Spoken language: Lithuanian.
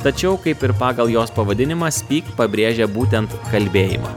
tačiau kaip ir pagal jos pavadinimas speak pabrėžia būtent kalbėjimą